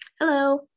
Hello